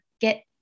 get